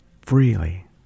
freely